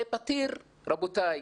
זה פתיר, רבותיי.